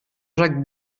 jacques